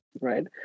right